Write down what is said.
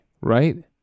right